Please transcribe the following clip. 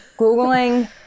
Googling